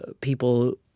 people